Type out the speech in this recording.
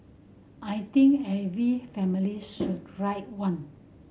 I think every family should write one